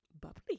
Bubbly